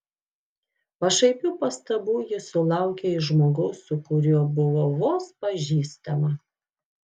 pašaipių pastabų ji sulaukė iš žmogaus su kuriuo buvo vos pažįstama